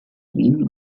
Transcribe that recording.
wien